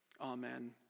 Amen